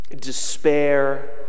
despair